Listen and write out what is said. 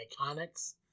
Iconics